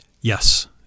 Yes